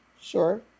sure